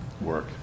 work